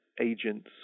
agents